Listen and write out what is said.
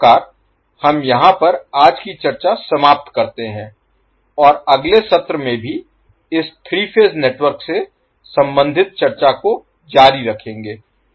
इस प्रकार हम यहाँ पर आज की चर्चा समाप्त करते हैं और अगले सत्र में भी इस 3 फेज नेटवर्क से संबंधित चर्चा को जारी रखेंगे